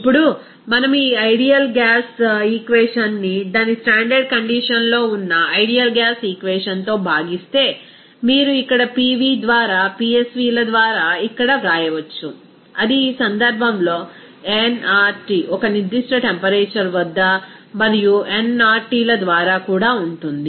ఇప్పుడు మనం ఈ ఐడియల్ గ్యాస్ ఈక్వేషన్ ని దాని స్టాండర్డ్ కండిషన్ లో ఉన్న ఐడియల్ గ్యాస్ ఈక్వేషన్ తో భాగిస్తే మీరు ఇక్కడ PV ద్వారా PSVల ద్వారా ఇక్కడ వ్రాయవచ్చు అది ఈ సందర్భంలో nRT ఒక నిర్దిష్ట టెంపరేచర్ వద్ద మరియు nRTల ద్వారా కూడా ఉంటుంది